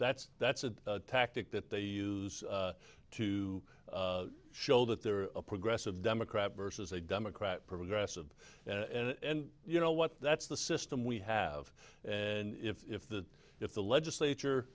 that's that's a tactic that they use to show that they're a progressive democrat versus a democrat progressive and you know what that's the system we have and if the if the legislature